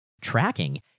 tracking